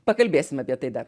pakalbėsim apie tai dar